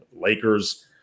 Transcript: Lakers